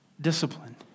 discipline